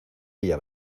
ella